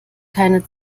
keine